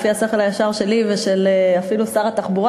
לפי השכל הישר שלי או אפילו של שר התחבורה,